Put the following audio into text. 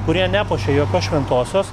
kurie nepuošia jokios šventosios